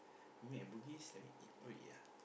met at Bugis then we eat what we eat ah